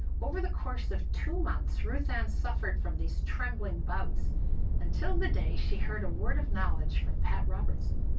over the course of two months, ruth ann suffered from these trembling bouts until the day she heard a word of knowledge from pat robertson.